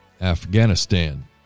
Afghanistan